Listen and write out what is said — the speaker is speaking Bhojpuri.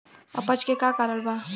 अपच के का कारण बा?